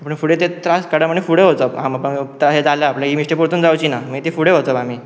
पूण फुडे ते त्रास काडप आनी फुडें वचप आमकां हें जाल्या ही मिस्टेक परतून जावची न मागी फुडें वचप आमी